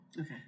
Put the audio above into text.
Okay